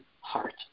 heart